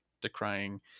decrying